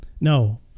No